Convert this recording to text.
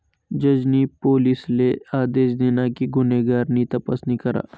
जज नी पोलिसले आदेश दिना कि गुन्हेगार नी तपासणी करा